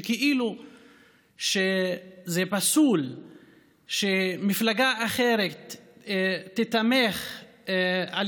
כאילו שזה פסול שמפלגה אחרת תיתמך על